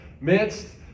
midst